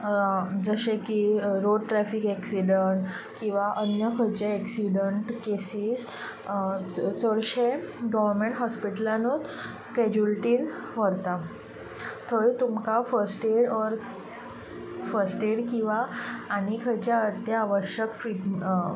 जशें की road traffic accident किंवा अन्य खंयचेय एक्सिडेंट केसीस चडशे गोवर्नमँट हॉस्पिटलानूच कॅज्युलिटींत व्हरता थंय तुमकां first aid or first aid किंवा आनी खंयचेय आवश्यक